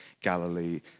Galilee